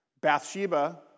Bathsheba